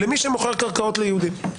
למי שמוכר קרקעות ליהודים.